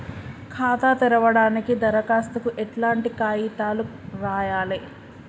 ఖాతా తెరవడానికి దరఖాస్తుకు ఎట్లాంటి కాయితాలు రాయాలే?